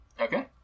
Okay